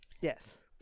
Yes